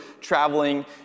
traveling